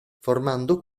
formando